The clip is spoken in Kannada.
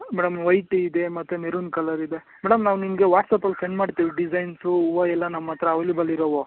ಮೇಡಮ್ ವೈಟ್ ಇದೆ ಮತ್ತು ಮೆರೂನ್ ಕಲರ್ ಇದೆ ಮೇಡಮ್ ನಾವು ನಿಮಗೆ ವಾಟ್ಸಾಪಲ್ಲಿ ಸೆಂಡ್ ಮಾಡ್ತೀವಿ ಡಿಸೈನ್ಸು ಹೂವು ಎಲ್ಲ ನಮ್ಮ ಹತ್ರ ಅವ್ಲಿಬಲ್ ಇರೋವು